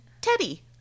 Teddy